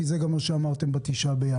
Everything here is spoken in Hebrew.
כי זה גם מה שאמרתם ב-9 בינואר.